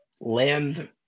land